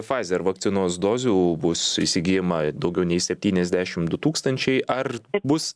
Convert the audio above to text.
pfizer vakcinos dozių bus įsigyjama daugiau nei septyniasdešimt du tūkstančiai ar bus